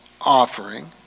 offering